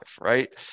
right